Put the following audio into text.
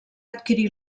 adquirir